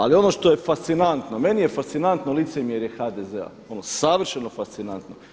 Ali ono što je fascinantno meni je fascinantno licemjerje HDZ-a, ono savršeno fascinantno.